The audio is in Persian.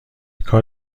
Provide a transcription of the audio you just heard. کار